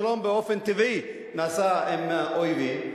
שלום באופן טבעי נעשה עם אויבים.